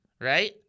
right